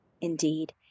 Indeed